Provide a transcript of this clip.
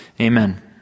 amen